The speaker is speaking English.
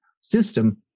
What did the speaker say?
system